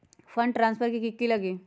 Fund transfer कि की लगी?